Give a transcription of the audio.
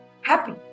Happy